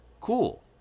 cool